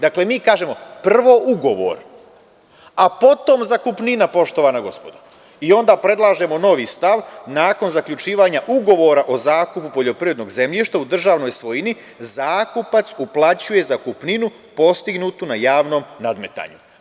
Dakle, mi kažemo, prvo ugovor a potom zakupnina, poštovana gospodo, i onda predlažemo novi stav – nakon zaključivanje ugovara o zakupu poljoprivrednog zemljišta u državnoj svojini, zakupac uplaćuje zakupninu, postignutu na javnom nadmetanju.